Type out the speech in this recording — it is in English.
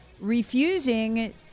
refusing